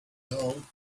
talk